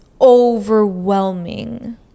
overwhelming